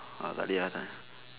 uh tak boleh tak